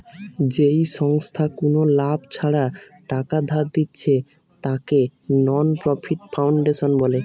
যেই সংস্থা কুনো লাভ ছাড়া টাকা ধার দিচ্ছে তাকে নন প্রফিট ফাউন্ডেশন বলে